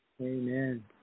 amen